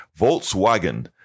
Volkswagen